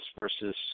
versus